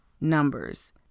Numbers